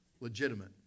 Legitimate